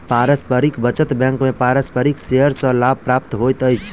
पारस्परिक बचत बैंक में पारस्परिक शेयर सॅ लाभ प्राप्त होइत अछि